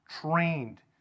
trained